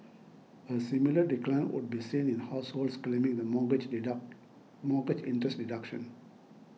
a similar decline would be seen in households claiming the mortgage mortgage interest deduction